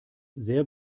sehr